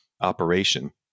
operation